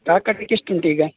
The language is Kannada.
ಕಾಕಡಕ್ಕೆ ಎಷ್ಟು ಉಂಟು ಈಗ